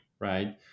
right